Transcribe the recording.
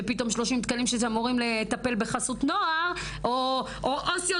שפתאום 30 תקנים שאמורים לטפל בחסות נוער או עו"סיות